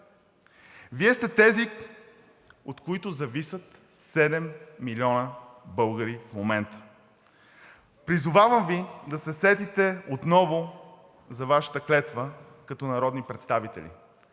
Вие сте тези, от които зависят седем милиона българи в момента. Призовавам Ви да се сетите отново за Вашата клетва като народни представители.